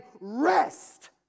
rest